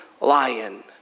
lion